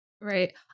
Right